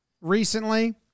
recently